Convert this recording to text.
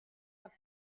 are